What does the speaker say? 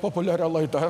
populiaria laida